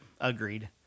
Agreed